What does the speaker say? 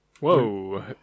Whoa